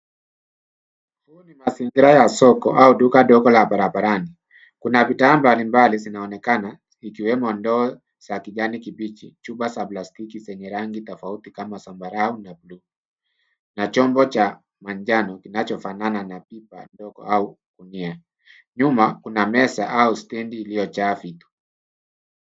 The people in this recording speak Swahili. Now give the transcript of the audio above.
Hii ni mazingira ya soko au duka ndogo la barabarani. Kuna bidhaa mbalimbali zinaonekana ikiwemo ndoo za kijani kibichi, chupa za plastiki zenye rangi tofauti kama zambarau na blue na chombo cha manjano kinachofanana na pipa ndogo au gunia. Nyuma kuna meza au stedni iliyojaa vitu.